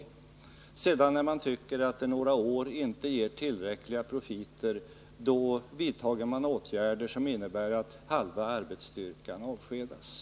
När man sedan tycker att det under några år inte ger tillräckliga profiter, då vidtar. Nr 57 man åtgärder som innebär att halva arbetsstyrkan avskedas.